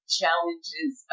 challenges